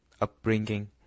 upbringing